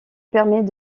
permet